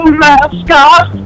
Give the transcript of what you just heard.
mascot